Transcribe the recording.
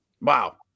Wow